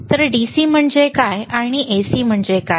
तर DC म्हणजे काय आणि AC काय